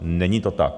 Není to tak.